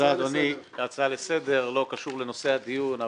הצעה לסדר שלא קשורה לנושא הדיון.